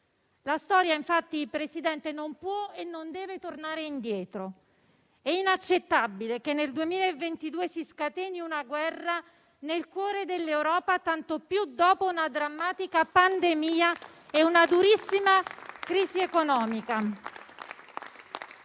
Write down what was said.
La storia, Presidente, non può e non deve tornare indietro. È inaccettabile che nel 2022 si scateni una guerra nel cuore dell'Europa, tanto più dopo una drammatica pandemia e una durissima crisi economica.